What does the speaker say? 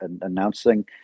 announcing